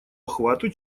охвату